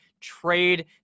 trade